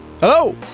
Hello